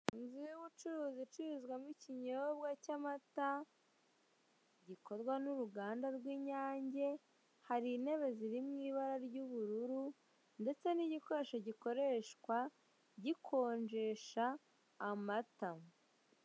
Inzu y'ubucuruzi icururizwamo ikinyobwa cy'amata gikorwa n'uruganda rw'inyange, hari intebe ziri mu ibara ry'ubururu ndetse n'igikoresho gikoreshwa gikonjesha amata.